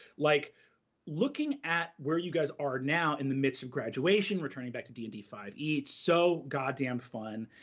like looking at where you guys are now in the midst of graduation, returning back to d and d five e, it's so god damn fun,